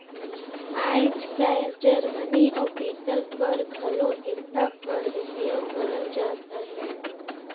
आएज काएल जरमनी अउ पीतल कर घलो इरता कर उपियोग करल जात अहे